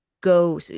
go –